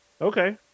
Okay